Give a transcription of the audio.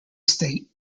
state